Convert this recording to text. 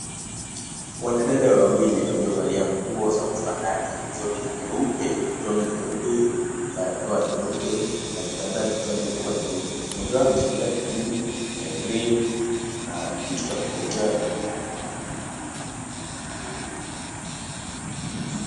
Wanadada wawili waliovalia nguo za kufanana, zote nyeupe, toni nyeupe, barakoa nyeupe na vitambaa vichwani kuwa nyeupe. Mmoja wao ameshikilia kichungi cha green na kitu cha kuchotea.